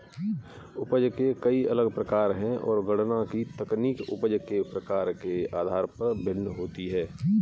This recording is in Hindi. उपज के कई अलग प्रकार है, और गणना की तकनीक उपज के प्रकार के आधार पर भिन्न होती है